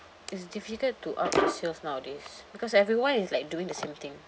is difficult to up the sales nowadays because everyone is like doing the same thing